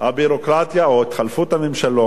הביורוקרטיה, או התחלפות הממשלות,